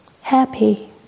happy